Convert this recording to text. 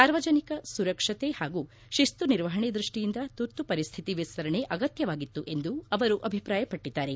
ಸಾರ್ವಜನಿಕರ ಸುರಕ್ಷತೆ ಹಾಗೂ ಶಿಸ್ತು ನಿರ್ವಹಣೆ ದೃಷ್ಟಿಯಿಂದ ತುರ್ತು ಪರಿಸ್ಥಿತಿ ವಿಸ್ತರಣೆ ಅಗತ್ಯವಾಗಿತ್ತು ಎಂದು ಅವರು ಅಭಿಪ್ರಾಯಪಟ್ಟದ್ದಾರೆ